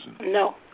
No